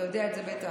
אתה יודע את זה בטח,